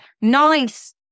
Nice